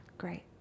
great